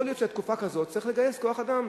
יכול להיות שבתקופה כזאת צריך לגייס כוח-אדם,